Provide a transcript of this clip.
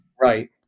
Right